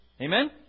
Amen